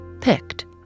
picked